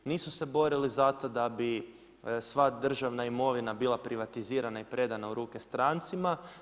Nisu se borili za to da bi sva državna imovina bila privatizirana i predana u ruke strancima.